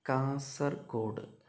Kasaragod